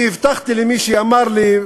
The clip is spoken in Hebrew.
כי הבטחתי למי שאמר לי,